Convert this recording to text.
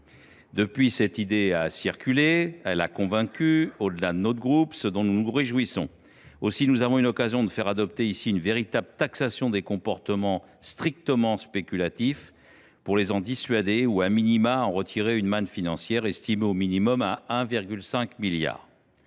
Depuis, cette idée a circulé, elle a convaincu, au delà de notre groupe, ce dont nous nous réjouissons. Aussi, nous avons l’occasion de faire adopter ici une véritable taxation des comportements strictement spéculatifs pour, sinon les dissuader, du moins en retirer une manne financière, estimée au minimum à 1,5 milliard